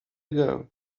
ago